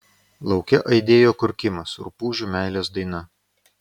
lauke aidėjo kurkimas rupūžių meilės daina